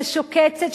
משוקצת,